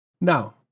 Now